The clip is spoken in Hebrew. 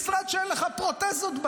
אין משרד שאין לך בו פרוטזות.